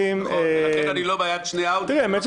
לכן אין לי ביד שני אאודי.